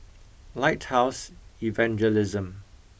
Lighthouse Evangelism